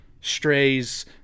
strays